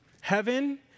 Heaven